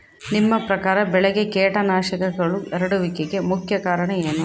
ನಿಮ್ಮ ಪ್ರಕಾರ ಬೆಳೆಗೆ ಕೇಟನಾಶಕಗಳು ಹರಡುವಿಕೆಗೆ ಮುಖ್ಯ ಕಾರಣ ಏನು?